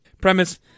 premise